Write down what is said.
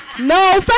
No